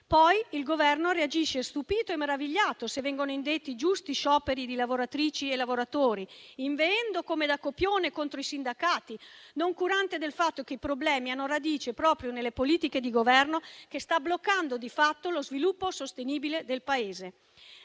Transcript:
Poi il Governo reagisce stupito e meravigliato se vengono indetti giusti scioperi di lavoratrici e lavoratori, inveendo come da copione contro i sindacati, noncurante del fatto che i problemi hanno radice proprio nelle politiche del Governo che sta bloccando di fatto lo sviluppo sostenibile del Paese.